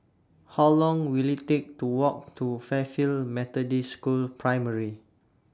How Long Will IT Take to Walk to Fairfield Methodist School Primary